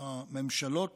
הממשלות